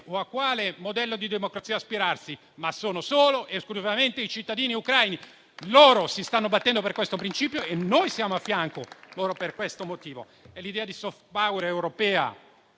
o a quale modello di democrazia ispirarsi, ma solo ed esclusivamente i cittadini ucraini. Loro si stanno battendo per questo principio e noi siamo al loro fianco per questo motivo. È l'idea di *soft power* europea